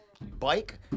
bike